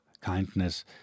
kindness